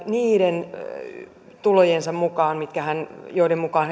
niiden tulojensa mukaan joiden mukaan